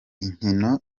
inkino